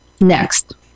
next